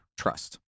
trust